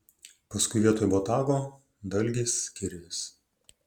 paskui vietoj botago dalgis kirvis